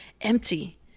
empty